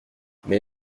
mais